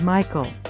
Michael